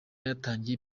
yatangiye